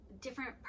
different